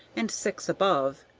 and six above,